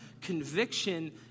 conviction